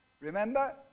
remember